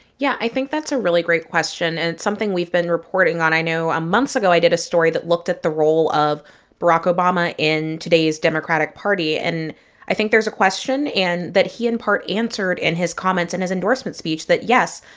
yeah. i think that's a really great question, and it's something we've been reporting on. i know months ago, i did a story that looked at the role of barack obama in today's democratic party. and i think there's a question and that he, in part, answered in his comments in his endorsement speech that, yes,